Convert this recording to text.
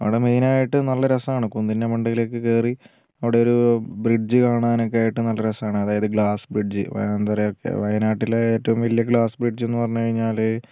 അവിടെ മെയിൻ ആയിട്ട് നല്ല രസം ആണ് കുന്നിൻ്റെ മണ്ടേൽ ഒക്കെ കേറി അവിടെ ഒരു ബ്രിഡ്ജ് കാണാൻ ഒക്കെ ആയിട്ട് നല്ല രസമാണ് അതായത് ഗ്ലാസ്സ് ബ്രിഡ്ജ് എന്താ പറയുക വയനാട്ടിലെ ഏറ്റവും വലിയ ഗ്ലാസ്സ് ബ്രിഡ്ജ് എന്നു പറഞ്ഞു കഴിഞ്ഞാൽ